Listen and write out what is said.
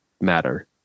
matter